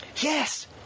Yes